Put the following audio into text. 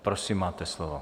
Prosím, máte slovo.